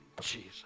Jesus